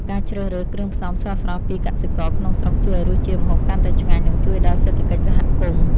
ការជ្រើសរើសគ្រឿងផ្សំស្រស់ៗពីកសិករក្នុងស្រុកជួយឱ្យរសជាតិម្ហូបកាន់តែឆ្ងាញ់ និងជួយដល់សេដ្ឋកិច្ចសហគមន៍។